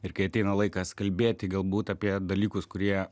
ir kai ateina laikas kalbėti galbūt apie dalykus kurie